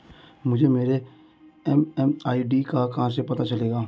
मुझे मेरी एम.एम.आई.डी का कहाँ से पता चलेगा?